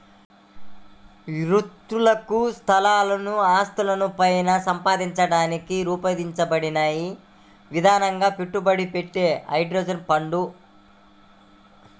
వ్యక్తులు సంస్థల ఆస్తులను పైన సంపాదించడానికి రూపొందించబడిన విధంగా పెట్టుబడి పెట్టే హెడ్జ్ ఫండ్లు